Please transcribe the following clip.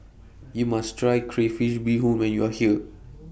YOU must Try Crayfish Beehoon when YOU Are here